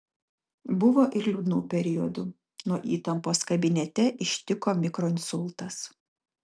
buvo ir liūdnų periodų nuo įtampos kabinete ištiko mikroinsultas